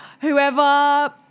whoever